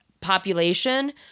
population